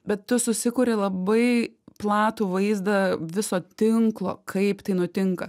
bet tu susikuri labai platų vaizdą viso tinklo kaip tai nutinka